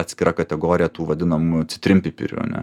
atskira kategorija tų vadinamų citrinpipirių ar ne